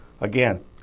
Again